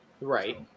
Right